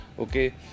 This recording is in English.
okay